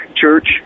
church